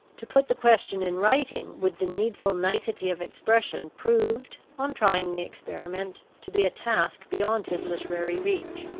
to put the question in writing with the needful nicety of expression proved, on trying the experiment, to be a task beyond his literary reach.